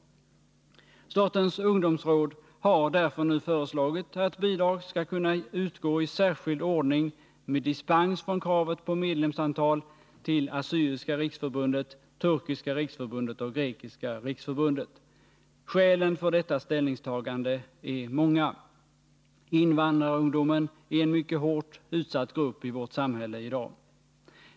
Statens ungdomsråd har därför nu föreslagit att bidrag skall kunna utgå i särskild ordning med dispens från krav på medlemsantal till Assyriska riksförbundet, Turkiska riksförbundet och Grekiska riksförbundet. Skälen för detta ställningstagande är många. Invandrarungdomen är en mycket hårt utsatt grupp i vårt samhälle i dag.